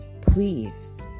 please